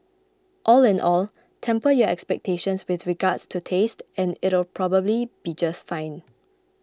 all in all temper your expectations with regards to taste and it'll probably be just fine